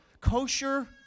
kosher